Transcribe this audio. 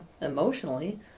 emotionally